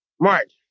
march